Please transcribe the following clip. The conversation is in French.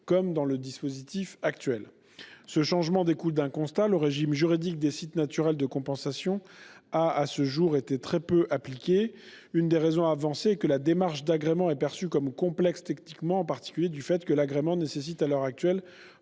comme dans le dispositif actuel. Ce changement découle d'un constat : le régime juridique des sites naturels de compensation a, à ce jour, été très peu appliqué. Une des raisons avancées est que la démarche d'agrément est perçue comme complexe techniquement, en particulier parce qu'elle nécessite à l'heure actuelle